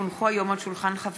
כי הונחו היום על שולחן הכנסת,